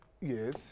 Yes